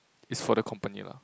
it's for the company lah